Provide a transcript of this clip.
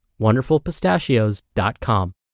WonderfulPistachios.com